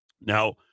Now